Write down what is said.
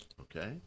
Okay